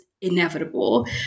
inevitable